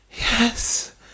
Yes